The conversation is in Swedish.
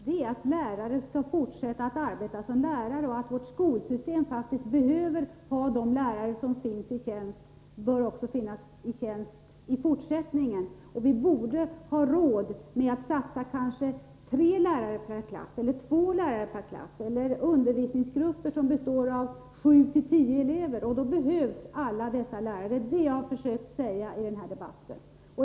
Herr talman! Kortfattat: Vad jag menar är att lärare skall fortsätta att arbeta som lärare och att vårt skolsystem faktiskt behöver ha de lärare som finns i tjänst och att de även i fortsättningen bör finnas i tjänst. Vi borde ha råd att satsa kanske tre lärare per klass, eller två lärare per klass, eller undervisningsgrupper som består av 7-10 elever. Då behövs alla dessa lärare. Det är det jag har försökt säga i den här debatten.